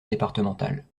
départementale